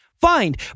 find